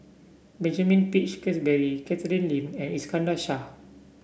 Benjamin Peach Keasberry Catherine Lim and Iskandar Shah